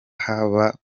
haba